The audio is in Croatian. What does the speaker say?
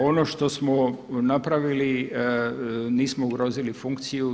Ono što smo napravili nismo ugrozili funkciju.